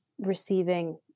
receiving